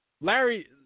Larry